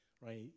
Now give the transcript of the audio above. right